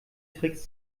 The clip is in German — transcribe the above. tricks